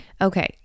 Okay